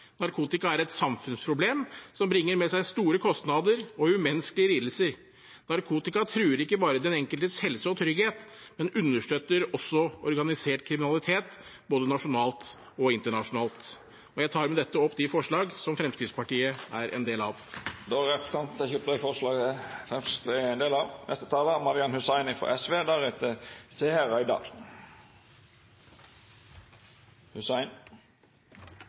Narkotika er et samfunnsproblem som bringer med seg store kostnader og umenneskelige lidelser. Narkotika truer ikke bare den enkeltes helse og trygghet, men understøtter også organisert kriminalitet, både nasjonalt og internasjonalt. Jeg tar med dette opp de forslag som Fremskrittspartiet er en del av. Da har representanten Morten Wold tatt opp de forslagene han refererte til. Jeg skulle gjerne ha ønsket meg en veiledning fra presidenten om hva som er